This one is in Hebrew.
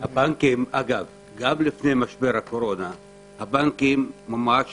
לא שאני מגנה על הבנקים במקרה